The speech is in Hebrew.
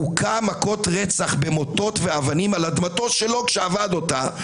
הוכה מכות רצח במוטות ואבנים על אדמתו שלו כשעבד אותה.